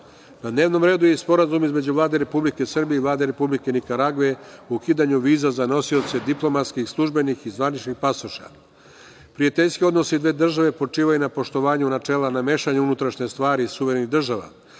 dnevnom redu j i i sporazum između Vlade Republike Srbije i Vlade Republike Nikaragve o ukidanju viza za nosioce diplomatskih, službenih i zvaničnih pasoša. Prijateljski odnosi dve države počivaju na poštovanju načela na mešanju unutrašnje stvari suverenih država,